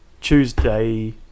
Tuesday